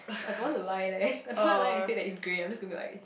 I don't want to lie leh I don't to lie and say that it's grey I'm just gonna be like